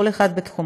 כל אחד בתחומו,